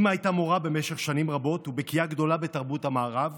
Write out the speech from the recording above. אימא הייתה מורה במשך שנים רבות ובקיאה גדולה בתרבות המערב,